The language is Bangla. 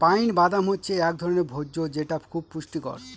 পাইন বাদাম হচ্ছে এক ধরনের ভোজ্য যেটা খুব পুষ্টিকর